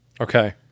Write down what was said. okay